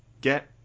get